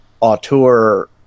auteur